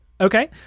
Okay